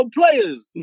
players